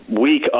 week